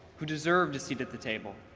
who deserved a seat at the table,